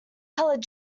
coloured